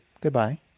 goodbye